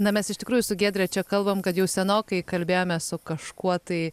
na mes iš tikrųjų su giedre čia kalbam kad jau senokai kalbėjome su kažkuo tai